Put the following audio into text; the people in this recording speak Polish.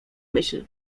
myśl